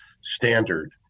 standard